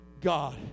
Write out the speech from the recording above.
God